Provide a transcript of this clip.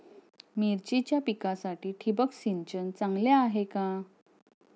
मिरचीच्या पिकासाठी ठिबक सिंचन चांगले आहे का?